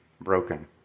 broken